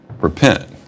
repent